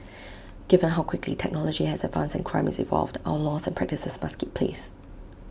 given how quickly technology has advanced and crime has evolved our laws and practices must keep pace